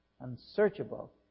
Unsearchable